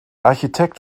architekt